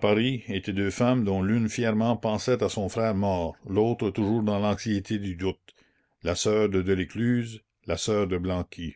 paris étaient deux femmes dont l'une fièrement pensait à son frère mort l'autre toujours dans l'anxiété du doute la sœur de delescluze la sœur de blanqui